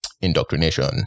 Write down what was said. indoctrination